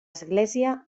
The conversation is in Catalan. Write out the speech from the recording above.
església